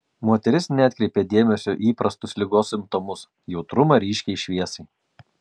moteris neatkreipė dėmesio į įprastus ligos simptomus jautrumą ryškiai šviesai